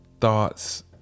thoughts